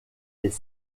les